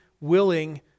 willing